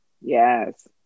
Yes